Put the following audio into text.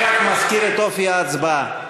אני רק מזכיר את אופי ההצבעה: